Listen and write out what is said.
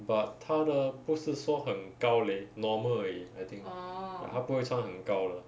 but 她的不是说很高 leh normal 而已 I think like 她不会穿很高的